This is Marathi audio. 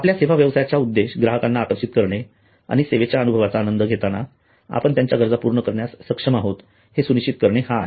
आपल्या सेवा व्यवसायाचा उद्देश ग्राहकांना आकर्षित करणे आणि सेवेच्या अनुभवाचा आनंद घेताना आपण त्यांच्या गरजा पूर्ण करण्यास सक्षम आहेत हे सुनिश्चित करणे हा आहे